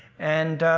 and.